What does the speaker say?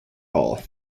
hall